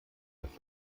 dass